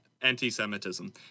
anti-semitism